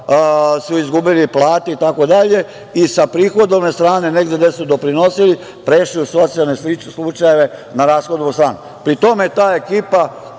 su izgubili plate itd. i sa prihodovne strane, negde gde su doprinosili, prešli u socijalne slučajeve, na rashodnu stranu. Pri tome, ta ekipa